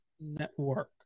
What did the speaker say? Network